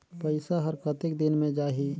पइसा हर कतेक दिन मे जाही?